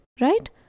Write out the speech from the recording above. right